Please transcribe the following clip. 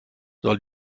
soll